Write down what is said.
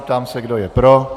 Ptám se, kdo je pro?